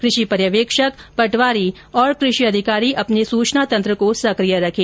कृषि पर्यवेक्षक पटवारी और कृषि अधिकारी अपने सूचना तंत्र को सकिय रखे